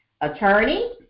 attorney